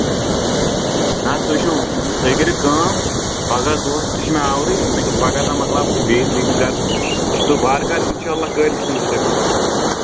اَہن حظ تُہۍ چھِو تُہۍ کٔرِو کٲم پَگاہ دۄہَس تہِ چھِ مےٚ آورٕے مےٚ چھُ پَگاہ تام مَکلاو بہٕ بیٚیِس أکِس گرٕ سُند تہٕ وارٕ کارٕ اِنشاء اللہ کٲلۍکٮ۪تھ أنۍزیو تُہۍ پَلو